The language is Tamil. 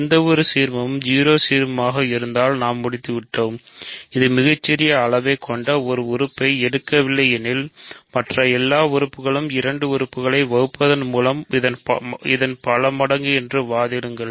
எந்தவொரு சீர்மமும் 0 சீர்மமாக இருந்தால் நாம் முடித்துவிட்டோம் இது மிகச்சிறிய அளவைக் கொண்ட ஒரு உறுப்பை எடுக்கவில்லை எனில் மற்ற எல்லா உறுப்புகளும் இரண்டு உறுப்புகளை வகுப்பதன் மூலம் இதன் பல மடங்கு என்று வாதிடுங்கள்